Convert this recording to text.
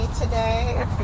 today